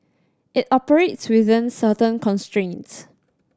it operates within certain constraints